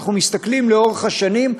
כשאנחנו מסתכלים לאורך השנים,